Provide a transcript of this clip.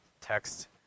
text